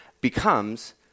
becomes